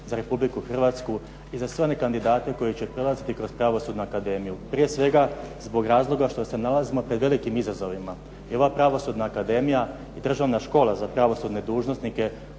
za Republiku Hrvatsku i za sve one kandidate koji će prolaziti kroz pravosudnu akademiju. Prije svega, zbog razloga što se nalazimo pred velikim izazovima. I ova pravosudna akademija i državna škola za pravosudne dužnosnike